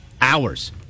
hours